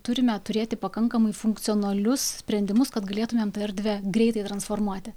turime turėti pakankamai funkcionalius sprendimus kad galėtumėm erdvę greitai transformuoti